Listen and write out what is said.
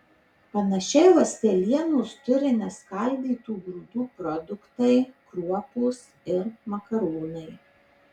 panašiai ląstelienos turi neskaldytų grūdų produktai kruopos ir makaronai